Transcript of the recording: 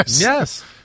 Yes